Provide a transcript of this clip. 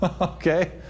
Okay